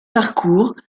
parcours